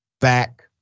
back